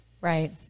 Right